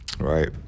Right